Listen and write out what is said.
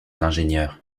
l’ingénieur